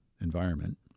environment